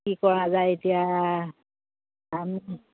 কি কৰা যায় এতিয়া আমি